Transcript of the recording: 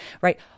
right